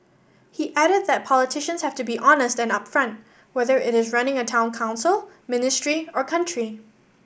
he added that politicians have to be honest and upfront whether it is running a Town Council ministry or country